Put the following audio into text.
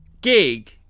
gig